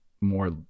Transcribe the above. more